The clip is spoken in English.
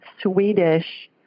Swedish